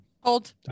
hold